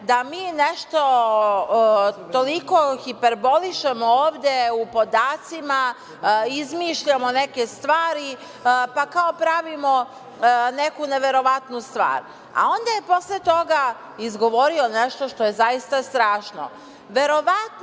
da mi nešto toliko hiperbolišemo ovde u podacima, izmišljamo neke stvari, pa kao pravimo neku neverovatnu stvar. Onda je posle toga izgovorio nešto što je zaista strašno.